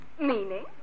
Meaning